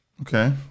Okay